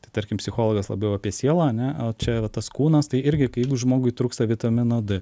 tai tarkim psichologas labiau apie sielą ar ne o čia va tas kūnas tai irgi kai žmogui trūksta vitamino d